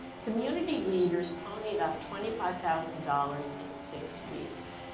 community leaders ponied up twenty five thousand dollars in six weeks.